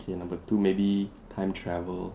K number two maybe time travel